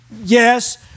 Yes